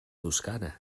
toscana